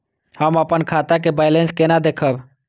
हम अपन खाता के बैलेंस केना देखब?